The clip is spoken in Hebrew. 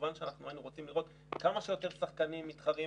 כמובן שהיינו רוצים לראות כמה שיותר שחקנים מתחרים,